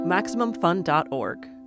MaximumFun.org